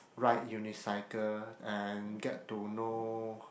ride unicycle and get to know